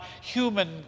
human